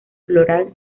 floral